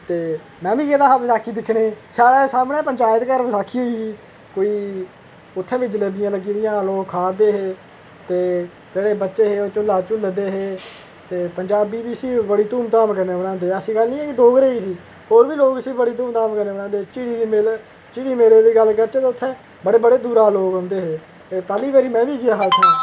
ते में बी गेदा हा बसाखी दिक्खने ई साढ़े सामने पंचैत घर बसाखी होई ही कोई उ'त्थें बी जलेबियां लग्गी दियां हा लोग खा दे हे ते बच्चे हे झूला झूला दे हे ते पंजाबी बी इसी बड़ी धूमधाम कन्नै बनांदे ऐसी गल्ल निं ऐ कि डोगरे गै होर बी लोग इसी बड़ी धूमधाम कन्नै बनांदे झिड़ी दा मेला झिड़ी दे मेले दी गल्ल करचै तां उत्थें बड़ी बड़ी दूरा दा लोग औंदे हे ते पैह्ली बारी में बी गेआ हा उत्थें